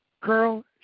carl